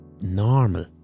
normal